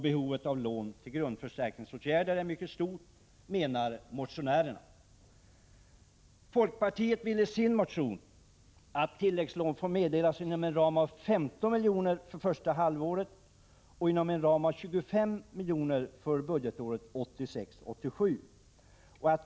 Behovet av lån till grundförstärkningsåtgärder är dessutom mycket stort, menar motionärerna. Folkpartiet föreslår i sin motion att tilläggslån skall få meddelas inom en ram av 15 milj.kr. för första halvåret och inom en ram av 25 milj.kr. för budgetåret 1986/87.